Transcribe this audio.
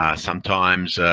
ah sometimes,